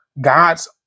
God's